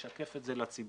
לשקף את זה לציבור.